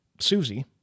Susie